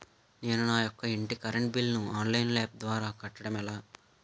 నేను నా యెక్క ఇంటి కరెంట్ బిల్ ను ఆన్లైన్ యాప్ ద్వారా కట్టడం ఎలా?